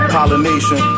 Pollination